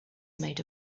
made